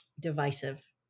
divisive